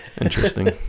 interesting